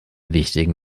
wichtigen